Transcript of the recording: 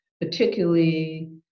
particularly